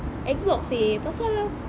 Xbox seh pasal